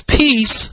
peace